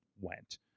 went